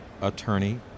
attorney